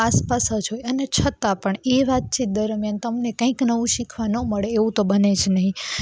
આસપાસ જ હોય અને છતાં પણ એ વાતચીત દરમિયાન તમને કંઈક નવું શીખવા ન મળે એવું તો બને જ નહીં